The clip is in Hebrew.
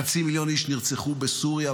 חצי מיליון איש נרצחו בסוריה,